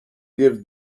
gives